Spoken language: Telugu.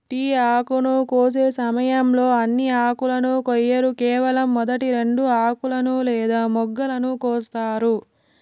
టీ ఆకును కోసే సమయంలో అన్ని ఆకులను కొయ్యరు కేవలం మొదటి రెండు ఆకులను లేదా మొగ్గలను కోస్తారు